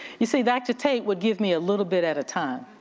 you see dr. tate would give me a little bit at a time.